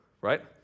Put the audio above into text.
right